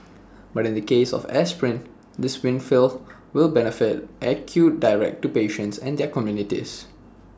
but in the case of aspirin this windfall will benefits accrue directly to patients and their communities